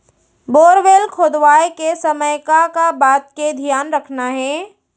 Borewell खोदवाए के समय का का बात के धियान रखना हे?